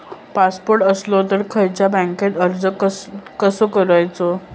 Passport असलो तर खयच्या बँकेत अर्ज कसो करायचो?